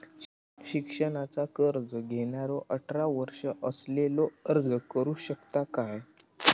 शिक्षणाचा कर्ज घेणारो अठरा वर्ष असलेलो अर्ज करू शकता काय?